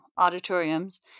auditoriums